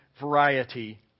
variety